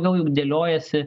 gal jau dėliojasi